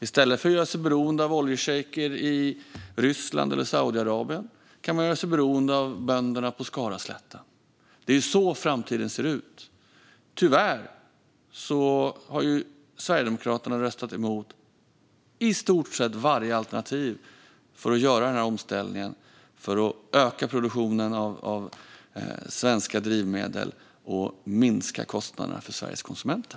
I stället för att göra sig beroende av oljeschejker i Ryssland eller Saudiarabien kan man göra sig beroende av bönderna på Skaraslätten. Det är så framtiden ser ut. Tyvärr har Sverigedemokraterna röstat emot i stort sett varje alternativ för att göra omställningen för att öka produktionen av svenska drivmedel och minska kostnaderna för Sveriges konsumenter.